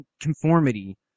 conformity